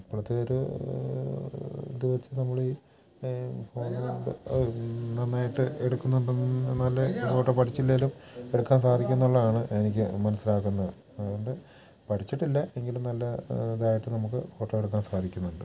ഇപ്പഴത്തെ ഒരു ഇത് വെച്ച് നമ്മളീ ഫോണ് കൊണ്ട് നന്നായിട്ട് എടുക്കുന്നുണ്ട് നല്ല ഫോട്ടോ പഠിച്ചില്ലേലും എടുക്കാൻ സാധിക്കുന്നു എന്നുള്ളതാണ് എനിക്ക് മനസ്സിലാക്കുന്നത് അതുകൊണ്ട് പഠിച്ചിട്ടില്ല എങ്കിലും നല്ല ഇതായിട്ട് നമുക്ക് ഫോട്ടോ എടുക്കാൻ സാധിക്കുന്നുണ്ട്